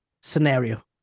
scenario